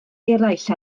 eraill